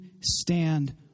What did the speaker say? stand